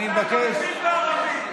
אני מבקש, את זה אתה מבין בערבית.